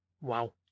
Wow